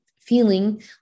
feeling